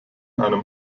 einem